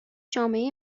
جامعه